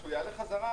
כשהוא יעלה חזרה,